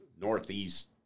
northeast